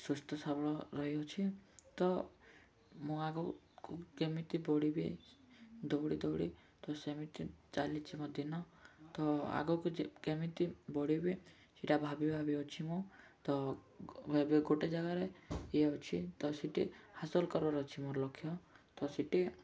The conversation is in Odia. ସୁସ୍ଥ ସବଳ ରହିଅଛି ତ ମୁଁ ଆଗକୁ କେମିତି ବଢ଼ିବି ଦୌଡ଼ି ଦୌଡ଼ି ତ ସେମିତି ଚାଲିଛି ମୋ ଦିନ ତ ଆଗକୁ ଯେ କେମିତି ବଢ଼ିବି ସେଟା ଭାବି ଭାବି ଅଛି ମୁଁ ତ ଏବେ ଗୋଟେ ଜାଗାରେ ଇଏ ଅଛି ତ ସେଠି ହାସଲ କରବାର ଅଛି ମୋର ଲକ୍ଷ୍ୟ ତ ସେଠି